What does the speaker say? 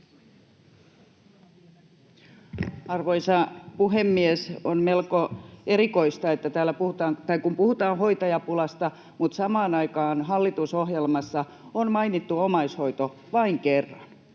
Arvoisa puhemies! On melko erikoista, että täällä puhutaan hoitajapulasta mutta samaan aikaan hallitusohjelmassa on mainittu omaishoito vain kerran.